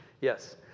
yes